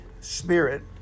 spirit